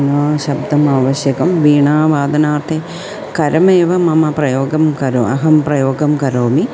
न शब्दः आवश्यकः वीणावादनार्थं करमेव मम प्रयोगं करोमि अहं प्रयोगं करोमि